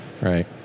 Right